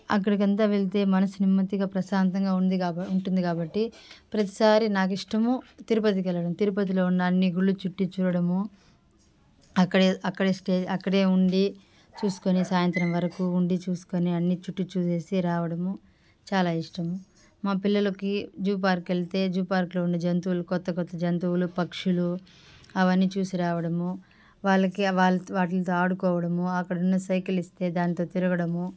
అక్కడికంతా వెళితే మనసు నెమ్మదిగా మంచిగా ప్రశాంతంగా ఉంది ఉంటుంది కాబట్టి ప్రతిసారి నాకు ఇష్టము తిరుపతి వెళ్ళడం తిరుపతిలో ఉన్న అన్నీ గుళ్ళు చుట్టి చూడడము అక్కడే అక్కడే స్టే అక్కడే ఉండి చూసుకొని సాయంత్రం వరకు ఉండి చూసుకొని అన్ని చుట్టి చూసి రావడము చాలా ఇష్టం మా పిల్లలకి జూ పార్క్కి వెళ్తే జూ పార్క్లో ఉండే జంతువులు కొత్త కొత్త జంతువులు పక్షులు అవన్నీ చూసి రావడము వాళ్ళకి వాళ్ళ వాటితో ఆడుకోవడము అక్కడ ఉన్న సైకిల్ ఇస్తే దాంట్లో తిరగడము